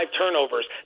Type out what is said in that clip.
turnovers